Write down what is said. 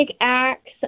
acts